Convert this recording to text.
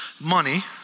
money